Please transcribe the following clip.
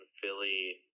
Philly